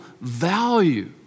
value